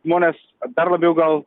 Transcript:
žmonės dar labiau gal